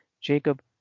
Jacob